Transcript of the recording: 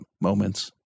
moments